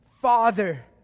Father